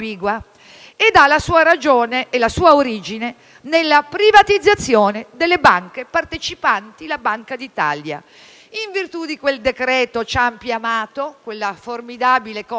ed ha la sua ragione e la sua origine nella privatizzazione delle banche partecipanti la Banca d'Italia in virtù di quel decreto Ciampi-Amato (quella formidabile coppia)